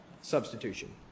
substitution